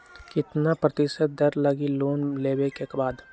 कितना प्रतिशत दर लगी लोन लेबे के बाद?